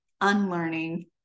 unlearning